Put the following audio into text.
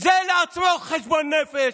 זה לעצמו חשבון נפש.